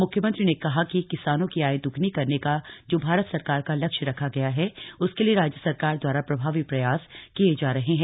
म्ख्यमंत्री ने कहा कि किसानों की आय द्गनी करने का जो भारत सरकार का लक्ष्य रखा गया है उसके लिये राज्य सरकार द्वारा प्रभावी प्रयास किये जा रहे हैं